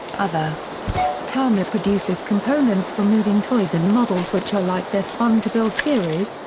other tamiya produces components for moving toys and models which are like their fun-to-build series,